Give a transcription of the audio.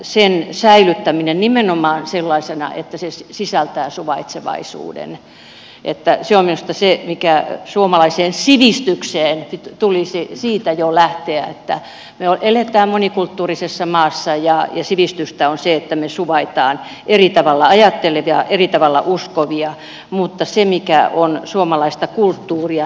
sen säilyttäminen nimenomaan sellaisena että se sisältää suvaitsevaisuuden on minusta se mistä suomalaisen sivistyksen tulisi jo lähteä että me elämme monikulttuurisessa maassa ja sivistystä on se että me suvaitsemme eri tavalla ajattelevia eri tavalla uskovia mutta niin että me emme hävitä sitä mikä on suomalaista kulttuuria